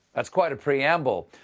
that's quite a preamble!